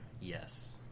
Yes